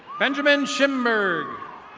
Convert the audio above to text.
benjamin shimber.